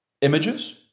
images